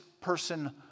person